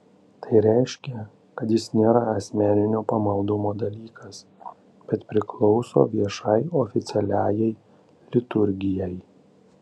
tai reiškia kad jis nėra asmeninio pamaldumo dalykas bet priklauso viešai oficialiajai liturgijai